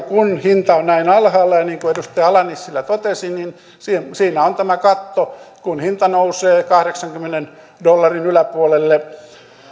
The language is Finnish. kun hinta on näin alhaalla ja niin kuin edustaja ala nissilä totesi siinä on tämä katto kun hinta nousee kahdeksankymmenen dollarin yläpuolelle